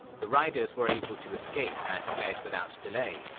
the riders were able to escape and fled without delay,